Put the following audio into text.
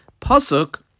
Pasuk